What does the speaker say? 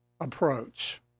approach